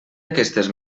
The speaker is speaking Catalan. aquestes